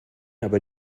aber